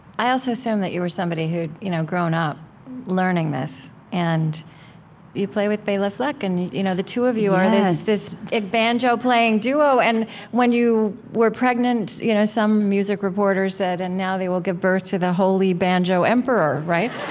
i also assumed that you were somebody who'd you know grown up learning this. and you you play with bela fleck, and you know the two of you are this this ah banjo-playing duo. and when you were pregnant, you know some music reporter said, and now they will give birth to the holy banjo emperor. right?